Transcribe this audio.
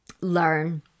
learn